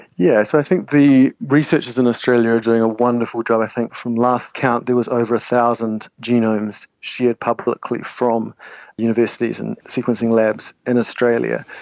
yeah so i think the researchers in australia are doing a wonderful job. i think from last count there was over one thousand genomes shared publicly from universities and sequencing labs in australia,